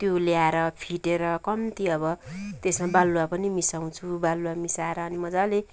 त्यो ल्याएर फिटेर कम्ती अब त्यसमा बालुवा पनि मिसाउँछु बालुवा मिसाएर अनि मजाले